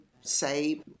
say